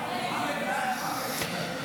נתקבל.